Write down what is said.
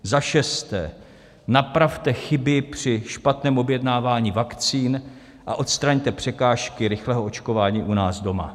Za šesté, napravte chyby při špatném objednávání vakcín a odstraňte překážky rychlého očkování u nás doma.